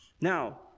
Now